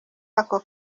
ako